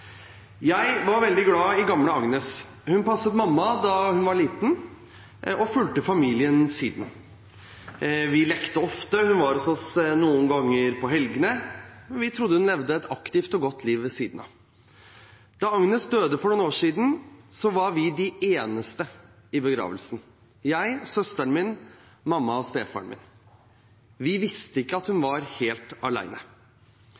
Jeg var veldig glad i gamle Agnes. Hun passet mamma da hun var liten, og fulgte familien siden. Vi lekte ofte. Hun var hos oss noen ganger i helgene, og vi trodde hun levde et aktivt og godt liv ved siden av. Da Agnes døde for noen år siden, var vi de eneste i begravelsen – jeg, søsteren min, mamma og stefaren min. Vi visste ikke at hun